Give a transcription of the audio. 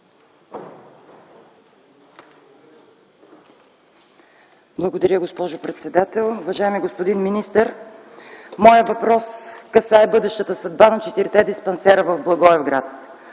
Благодаря, госпожо председател. Уважаеми господин министър! Моят въпрос касае бъдещата съдба на четирите диспансера в Благоевград.